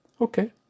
Okay